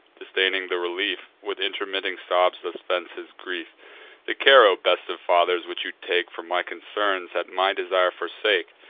disdaining the relief, with intermitting sobs thus vents his grief the care, o best of fathers, which you take for my concerns, at my desire forsake.